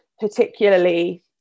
particularly